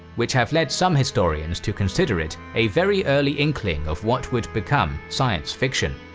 which have led some historians to consider it a very early inkling of what would become science fiction.